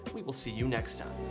we will see you next time.